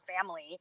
family